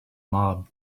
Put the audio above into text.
mob